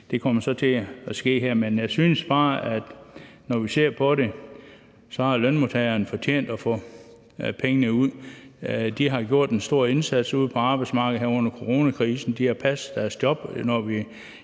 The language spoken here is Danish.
det kommer så til at ske her. Men når vi ser på det, synes jeg bare, at lønmodtagerne har fortjent at få pengene ud. De har gjort en stor indsats ude på arbejdsmarkedet her under coronakrisen. De har passet deres job på